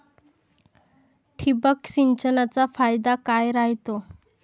ठिबक सिंचनचा फायदा काय राह्यतो?